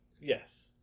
Yes